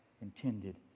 intended